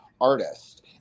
artist